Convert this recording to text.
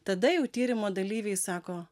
tada jau tyrimo dalyviai sako